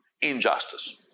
injustice